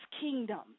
kingdom